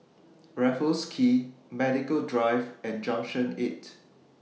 Raffles Quay Medical Drive and Junction eight